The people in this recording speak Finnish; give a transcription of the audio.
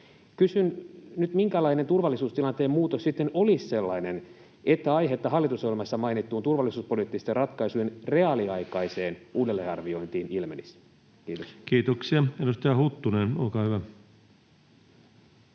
Kysyn nyt: minkälainen turvallisuustilanteen muutos sitten olisi sellainen, että aihetta hallitusohjelmassa mainittuun turvallisuuspoliittisten ratkaisujen reaaliaikaiseen uudelleenarviointiin ilmenisi? — Kiitos. Kiitoksia. — Edustaja Huttunen, olkaa hyvä.